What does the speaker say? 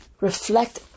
reflect